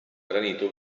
granito